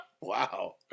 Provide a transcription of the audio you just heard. Wow